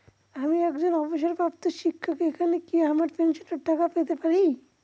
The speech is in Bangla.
আমি একজন অবসরপ্রাপ্ত শিক্ষক এখানে কি আমার পেনশনের টাকা পেতে পারি?